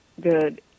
good